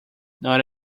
not